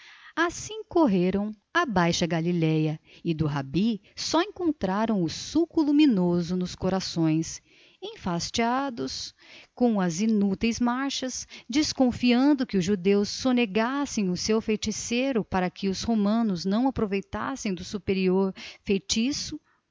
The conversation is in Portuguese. assim correram a baixa galileia e do rabi só encontraram o sulco luminoso nos corações enfastiados com as inúteis marchas desconfiando que os judeus sonegassem o seu feiticeiro para que os romanos não aproveitassem do superior feitiço